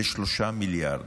ל-3 מיליארד.